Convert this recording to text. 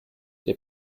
der